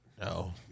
No